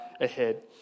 ahead